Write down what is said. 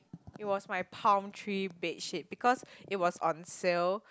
it was my palm tree bedsheet because it was on sale